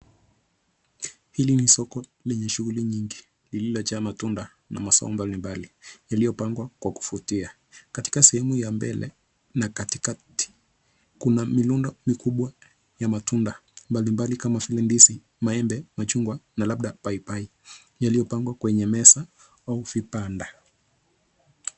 Hili ni soko lenye shughuli nyingi lililojaa matunda na mazao mbalimbali lililopangwa kwa kuvutia, katika sehemu ya mbele na katikati Kuna mirundo mikubwa ya matunda mbalimbali kama vile ndizi, maembe, machungwa na labda paipai yaliyopangwa kwenye meza au vibanda.